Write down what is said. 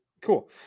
Cool